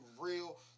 real